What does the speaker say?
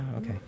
okay